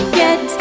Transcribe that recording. get